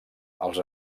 els